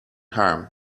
ham